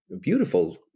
beautiful